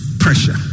pressure